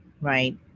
right